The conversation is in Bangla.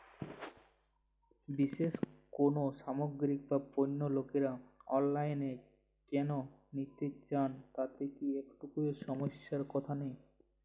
বিশেষ কোনো সামগ্রী বা পণ্য লোকেরা অনলাইনে কেন নিতে চান তাতে কি একটুও সমস্যার কথা নেই?